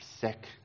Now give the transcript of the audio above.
sick